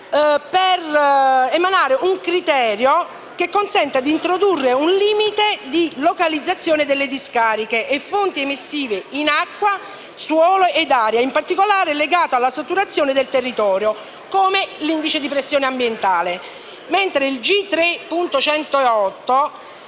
a emanare un criterio che consenta di introdurre un limite di localizzazione delle discariche e delle fonti emissive in acqua, suolo ed aria legato in particolare alla saturazione del territorio, come l'indice di pressione ambientale. Per quanto